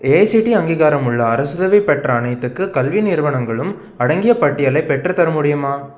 AICTE அங்கீகாரமுள்ள அரசுதவி பெற்ற அனைத்துக்கு கல்வி நிறுவனங்களும் அடங்கிய பட்டியலை பெற்றுத்தர முடியுமா